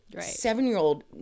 seven-year-old